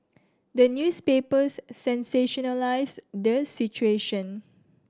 the newspapers sensationalise the situation